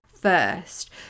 first